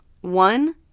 One